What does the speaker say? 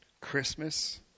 Christmas